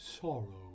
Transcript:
Sorrow